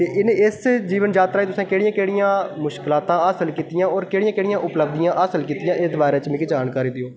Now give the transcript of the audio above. इस जीवन जात्तरा च तुसें केह्ड़ियां केह्ड़ियां मुश्कलातां हासल कीत्तियां होर केह्ड़ियां केह्ड़ियां उपलब्धियां हासल कीत्तियां एह्दे बारे च मिगी जानकारी देओ